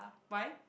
why